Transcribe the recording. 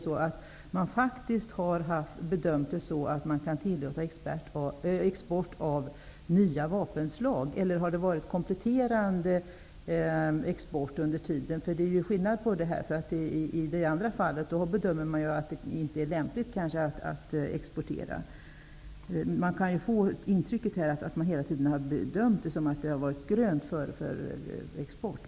Har man faktiskt bedömt att man kan tillåta export av nya vapenslag, eller har det varit kompletterande export under tiden? Det är ju skillnad mellan dessa. I det andra fallet bedömer man att det kanske inte är lämpligt att exportera. Svaret kan ge intrycket att man hela tiden har bedömt att det har varit grönt för export.